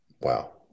Wow